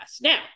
Now